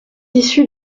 issu